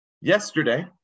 Yesterday